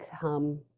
come